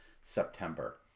September